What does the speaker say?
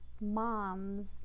moms